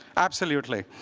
absolutely.